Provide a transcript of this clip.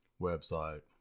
website